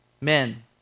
men